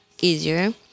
easier